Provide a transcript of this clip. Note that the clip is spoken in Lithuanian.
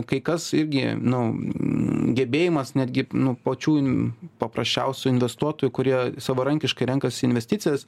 kai kas irgi nu gebėjimas netgi nu pačių paprasčiausių investuotojų kurie savarankiškai renkasi investicijas